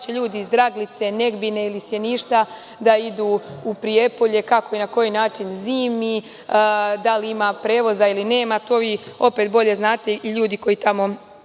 će ljudi iz Draglice, Negbine ili Sjeništa da idu u Prijepolje. Kako i na koji način zimi. Da li ima prevoza ili nema. To vi opet bolje znate i ljudi koji tamo